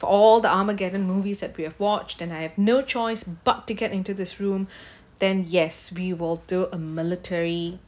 for all the armageddon movies that we have watched then I have no choice but to get into this room then yes we will do a military